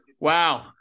Wow